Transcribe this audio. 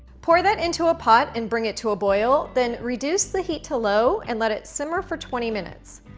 pour that into a pot and bring it to a boil then reduce the heat to low and let it simmer for twenty minutes.